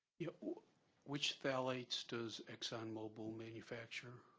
yeah which phthalates does exxon mobil manufacture?